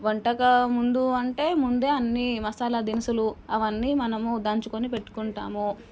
వంటకా ముందూ అంటే ముందే అన్నీ మసాలా దినుసులు అవన్నీ మనము దంచుకొని పెట్టుకుంటాము